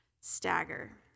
stagger